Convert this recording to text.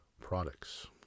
Products